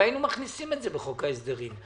והיינו מכניסים את זה בחוק ההסדרים.